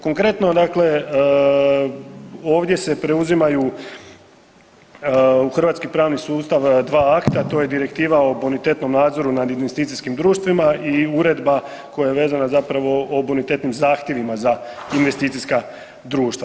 Konkretno dakle ovdje se preuzimaju u hrvatski pravni sustav dva akta, to je Direktiva o bonitetnom nadzoru nad investicijskim društvima i Uredba koja je vezana zapravo o bonitetnim zahtjevima za investicijska društva.